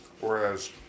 Whereas